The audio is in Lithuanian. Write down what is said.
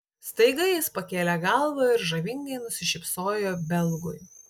staiga jis pakėlė galvą ir žavingai nusišypsojo belgui